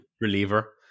reliever